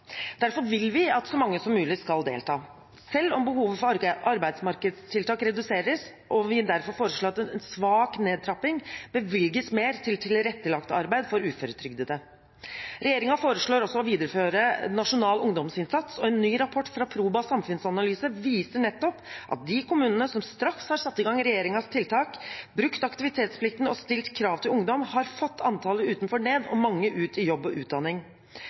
Derfor vil vi at så mange som mulig skal delta. Selv om behovet for arbeidsmarkedstiltak reduseres og vi derfor foreslår en svak nedtrapping, bevilges mer til tilrettelagt arbeid for uføretrygdede. Regjeringen foreslår også å videreføre nasjonal ungdomsinnsats, og en ny rapport fra Proba samfunnsanalyse viser nettopp at de kommunene som straks har satt i gang regjeringens tiltak, brukt aktivitetsplikten og stilt krav til ungdom, har fått antallet som er utenfor, ned og mange ut i jobb og utdanning.